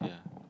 yeah